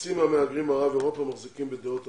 חצי מהמהגרים במערב אירופה מחזיקים בדעות אנטישמיות,